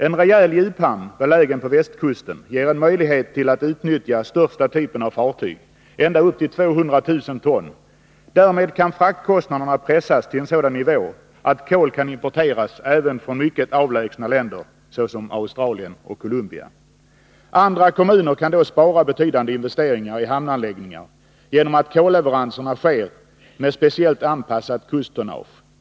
En rejäl djuphamn, belägen på västkusten, ger en möjlighet till att utnyttja största typen av fartyg — ända upp till 200 000 ton. Därmed kan fraktkostnaderna pressas till en sådan nivå att kol kan importeras även från mycket avlägsna länder såsom Australien och Columbia. Andra kommuner kan då spara betydande investeringar i hamnanläggningar genom att kolleveranserna sker med speciellt anpassat kusttonnage.